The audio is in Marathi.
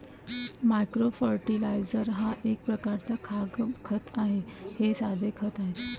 मायक्रो फर्टिलायझर हा एक प्रकारचा खाद्य खत आहे हे साधे खते आहेत